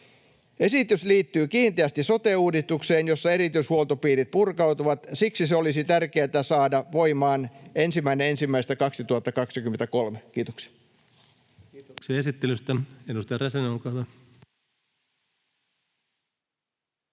Esitys liittyy kiinteästi sote-uudistukseen, jossa erityishuoltopiirit purkautuvat. Siksi se olisi tärkeätä saada voimaan 1.1.2023. — Kiitoksia. Kiitoksia